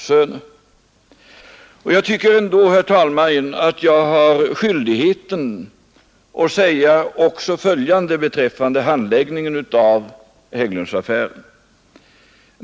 Herr Lorentzon nämnde här i diskussionen Wallenbergs och direktören Curt Nicolin, och då tycker jag mig också ha skyldighet att säga följande om handläggningen av Hägglundsaffären.